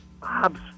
Bob's